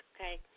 okay